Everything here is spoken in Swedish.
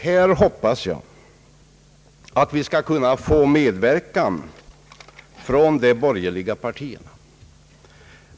Här hoppas jag att vi skall få medverkan från de borgerliga partierna.